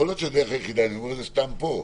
יכול להיות שהדרך היחידה, אני אומר את זה סתם פה,